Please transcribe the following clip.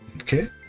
Okay